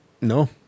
No